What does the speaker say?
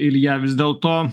ilja vis dėlto